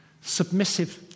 submissive